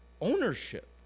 ownership